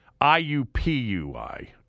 IUPUI